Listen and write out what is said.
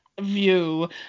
view